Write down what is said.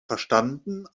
verstanden